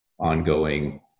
ongoing